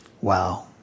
Wow